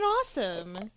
awesome